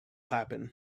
happen